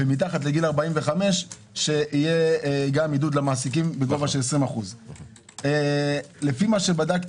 ומתחת לגיל 45 שיהיה עידוד למעסיקים בגובה של 20%. לפי מה שבדקתי